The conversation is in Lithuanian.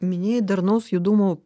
minėjai darnaus judumo